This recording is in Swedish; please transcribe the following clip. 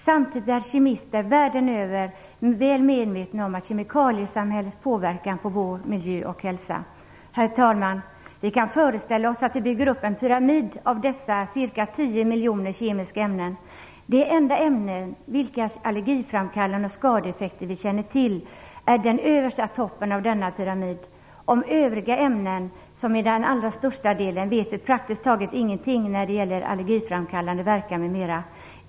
Samtidigt är kemister världen över väl medvetna om kemikaliesamhällets påverkan på vår miljö och hälsa. Herr talman! Vi kan föreställa oss att vi bygger upp en pyramid av dessa ca 10 miljoner kemiska ämnen. De enda ämnen vilkas allergiframkallande verkan och skadeeffekter vi känner till är de som utgör den översta toppen av denna pyramid. Om övriga ämnen, som är den allra största delen, vet vi praktiskt taget ingenting när det gäller allergiframkallande verkan m.m.